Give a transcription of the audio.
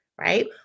right